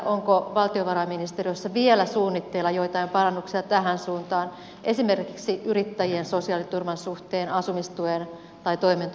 onko valtiovarainministeriössä vielä suunnitteilla joitain parannuksia tähän suuntaan esimerkiksi yrittäjien sosiaaliturvan suhteen asumistuen tai toimeentulotuen suhteen